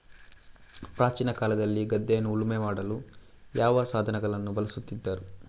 ಪ್ರಾಚೀನ ಕಾಲದಲ್ಲಿ ಗದ್ದೆಯನ್ನು ಉಳುಮೆ ಮಾಡಲು ಯಾವ ಸಾಧನಗಳನ್ನು ಬಳಸುತ್ತಿದ್ದರು?